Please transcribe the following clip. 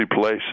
place